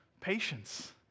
patience